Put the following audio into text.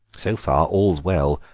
so far all's well,